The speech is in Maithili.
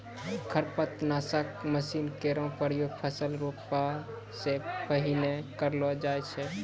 खरपतवार नासक मसीन केरो प्रयोग फसल रोपला सें पहिने करलो जाय छै